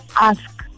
ask